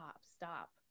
stop